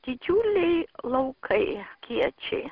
didžiuliai laukai kiečiai